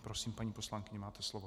Prosím, paní poslankyně, máte slovo.